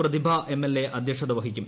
പ്രതിഭ MLA അധ്യക്ഷത വഹിക്കും